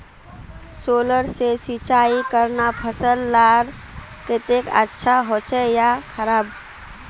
Solar से सिंचाई करना फसल लार केते अच्छा होचे या खराब?